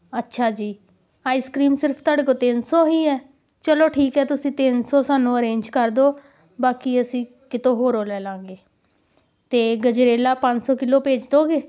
ਅੱਛਾ ਜੀ ice cream ਸਿਰਫ ਤੁਹਾਡੇ ਕੋਲ ਤਿੰਨ ਸੌ ਹੀ ਹੈ ਚਲੋ ਠੀਕ ਹੈ ਤੁਸੀਂ ਤਿੰਨ ਸੌ ਸਾਨੂੰ ਅਰੇਂਜ ਕਰ ਦਿਉ ਬਾਕੀ ਅਸੀਂ ਕਿਤੋਂ ਹੋਰੋਂ ਲੈ ਲਵਾਂਗੇ ਅਤੇ ਗਜਰੇਲਾ ਪੰਜ ਸੌ ਕਿਲੋ ਭੇਜ ਦੇਵੋਗੇ